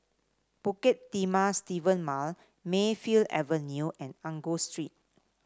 Bukit Timah Seven Mile Mayfield Avenue and Angus Street